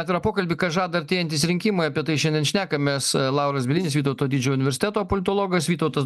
atvirą pokalbį ką žada artėjantys rinkimai apie tai šiandien šnekamės lauras bielinis vytauto didžiojo universiteto politologas vytautas